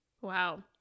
Wow